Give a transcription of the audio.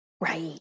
Right